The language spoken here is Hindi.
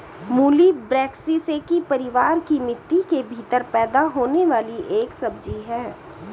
मूली ब्रैसिसेकी परिवार की मिट्टी के भीतर पैदा होने वाली एक सब्जी है